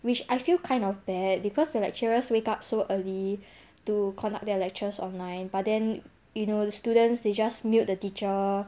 which I feel kind of bad because the lecturers wake up so early to conduct their lectures online but then you know the students they just mute the teacher